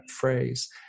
phrase